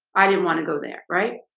i didn't want to go there, right?